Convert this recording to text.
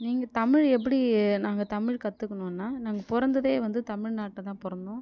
நீங்கள் தமிழ் எப்படி நாங்கள் தமிழ் கற்றுக்கினோன்னா நாங்கள் பிறந்ததே வந்து தமிழ்நாட்டில் தான் பிறந்தோம்